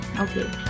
okay